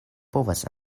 povas